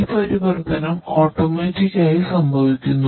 ഈ പരിവർത്തനം ഓട്ടോമാറ്റിക് ആയി സംഭവിക്കുന്നു